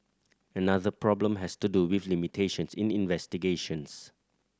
another problem has to do with limitations in investigations